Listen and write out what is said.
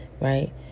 right